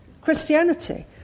Christianity